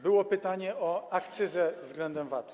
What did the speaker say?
Było pytanie o akcyzę względem VAT-u.